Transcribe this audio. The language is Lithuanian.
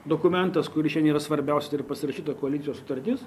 dokumentas kuris šian yra svarbiausia tai yra pasirašyta koalicijos sutartis